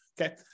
Okay